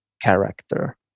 character